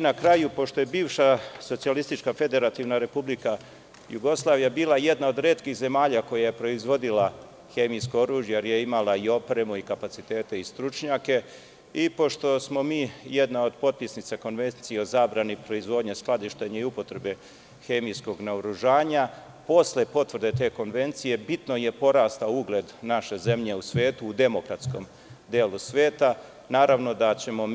Na kraju, pošto je bivša SFRJ bila jedna od retkih zemalja koja je proizvodila hemijsko oružje jer je imala opremu, kapacitete i stručnjake i pošto smo mi jedna od potpisnica Konvencije o zabrani proizvodnje, skladištenju i upotrebi hemijskog naoružanja, posle potvrde te konvencije bitno je porastao ugled naše zemlje u svetu, u demokratskom delu sveta, naravno da ćemo